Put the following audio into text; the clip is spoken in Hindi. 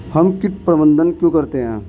हम कीट प्रबंधन क्यों करते हैं?